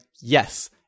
yes